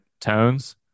tones